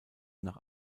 nach